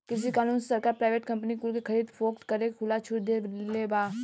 कृषि कानून से सरकार प्राइवेट कंपनी कुल के खरीद फोक्त करे के खुला छुट दे देले बा